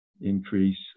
increase